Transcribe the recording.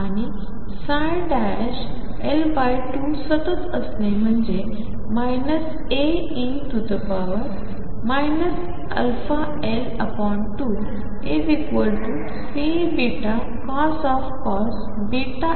आणि L2 सतत असणे म्हणजे A e αL2C βcos βL2